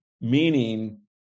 Meaning